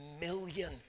million